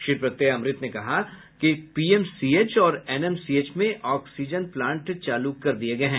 श्री प्रत्यय ने कहा कि पीएमसीएच और एनएमसीएच में ऑक्सीजन प्लांट चालू कर दिये गये हैं